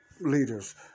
leaders